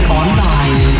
online